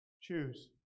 Choose